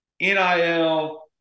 NIL